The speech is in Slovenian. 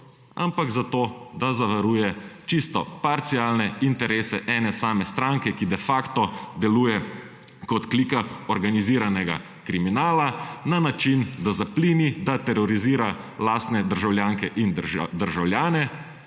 ampak zato, da zavaruje čisto parcialne interese ene same stranke, ki de facto deluje kot klika organiziranega kriminala, na način, da zaplini, da terorizira lastne državljanke in državljane,